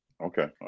Okay